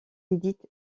édite